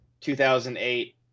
2008